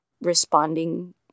responding